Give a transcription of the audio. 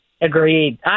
Agreed